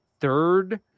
third—